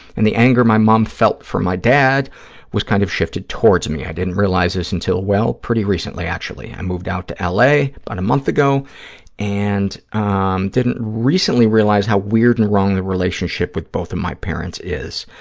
and the anger my mom felt for my dad was kind of shifted towards me. i didn't realize this until, well, pretty recently, actually. i moved out to l. a. about a month ago and um did recently realize how weird and wrong the relationship with both of my parents is.